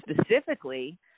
specifically